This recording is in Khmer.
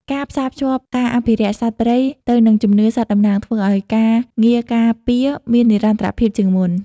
ការផ្សារភ្ជាប់ការអភិរក្សសត្វព្រៃទៅនឹងជំនឿសត្វតំណាង ធ្វើឱ្យការងារការពារមាននិរន្តរភាពជាងមុន។